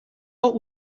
what